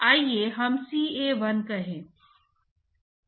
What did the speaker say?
इसलिए आप उम्मीद करते हैं कि प्लेट में जाने पर ग्रेडिएंट कम हो जाएगा